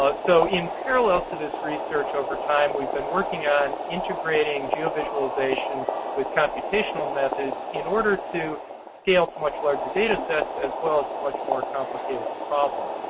ah so in parallel to this research over time we've been working on integrating geovisualization with computational methods, in order to scale to much larger data sets as well as to much more complicated problems.